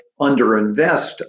underinvest